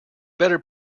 better